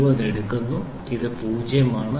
000 എടുക്കുന്നു ഇത് 0 ആണ്